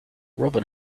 robin